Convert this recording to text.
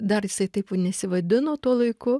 dar jisai taip nesivadino tuo laiku